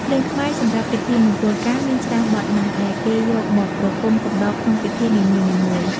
ភ្លេងខ្មែរសំរាប់ពិធីមង្គលការមានច្រើនបទណាស់ដែលគេយកមកប្រគំកំដរក្នុងពិធីនីមួយៗ។